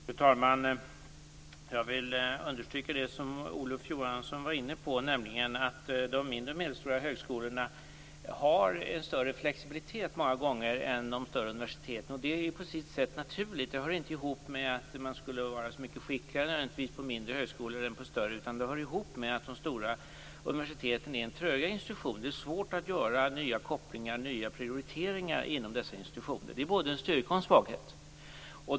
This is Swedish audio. Fru talman! Jag vill understryka det Olof Johansson tog upp, nämligen att de mindre och medelstora högskolorna många gånger har en större flexibilitet än de större universiteten. Det är på sitt sätt naturligt. Det innebär inte att man skulle vara så mycket skickligare på mindre högskolor än på större, utan det hör ihop med att de stora universiteten är en trögare institution. Det är svårt att göra nya kopplingar och nya prioriteringar inom dessa institutioner. Det är både en styrka och en svaghet.